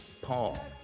Paul